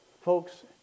Folks